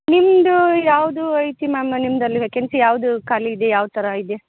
ನಿಮ್ಮದು ಯಾವುದು ಐತಿ ಮ್ಯಾಮ್ ನಿಮ್ದು ಅಲ್ಲಿ ವೇಕನ್ಸಿ ಯಾವ್ದು ಖಾಲಿಯಿದೆ ಯಾವ ಥರ ಇದೆ